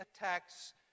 attacks